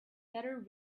better